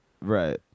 Right